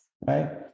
right